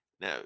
now